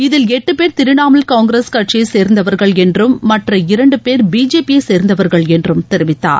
இதில் எட்டு பேர் திரிணமூல் காங்கிரஸ் கட்சியை சேர்ந்தவர்கள் என்றும் மற்ற இரண்டு பேர் பிஜேபியை சேர்ந்தவர்கள் என்றும் தெரிவித்தார்